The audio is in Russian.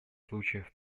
случаев